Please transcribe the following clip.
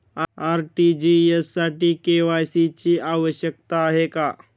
RTGS साठी KYC ची आवश्यकता आहे का?